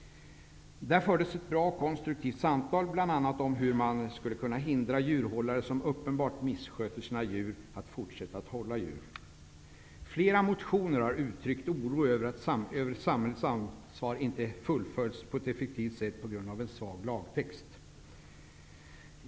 Där fördes ett bra och konstruktivt samtal, bl.a. om hur man skulle kunna hindra djurhållare som uppenbart missköter sina djur att fortsätta att hålla djur. I flera motioner har det uttryckts oro över att samhällets ansvar inte fullföljs på ett effektivt sätt på grund av en svag lagtext.